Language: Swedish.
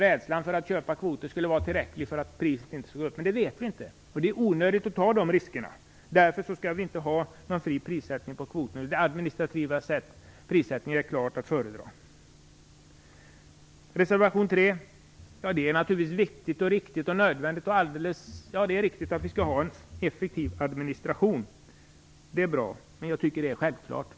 Rädslan för att köpa kvoter skulle vara tillräckligt stor för att priset inte skulle gå upp - men vi vet inte säkert att det är så, och det är onödigt att ta de riskerna. Därför skall vi inte ha någon fri prissättning på kvoterna. Den administrativa prissättningen är klart att föredra. I reservation 3 talas det om vikten av en effektiv administration, och det är naturligtvis viktigt, riktigt och nödvändigt. Men jag tycker att detta är självklart.